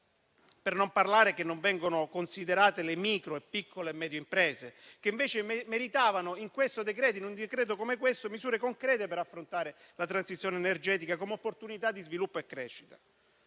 fossili. Non vengono poi considerate le micro, piccole e medie imprese, che invece meritavano, in un decreto-legge come questo, misure concrete per affrontare la transizione energetica come opportunità di sviluppo e crescita.